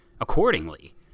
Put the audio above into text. accordingly